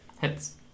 Hits